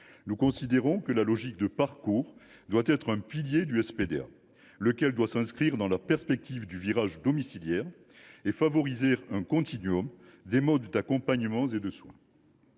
Nous considérons que la logique de parcours doit être un pilier du SPDA, lequel doit s’inscrire dans la perspective du virage domiciliaire et favoriser un continuum des modes d’accompagnement et de soins.